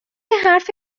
حرف